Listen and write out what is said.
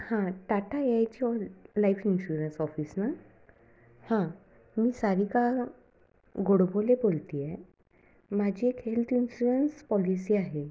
हां Tata A I G ऑ life insurance office ना हां मी सारिका गोडबोले बोलते आहे माझी एक हेल्थ इन्शुरन्स पॉलिसी आहे